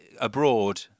abroad